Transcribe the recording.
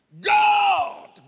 God